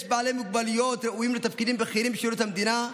יש בעלי מוגבלויות ראויים לתפקידים בכירים בשירות המדינה,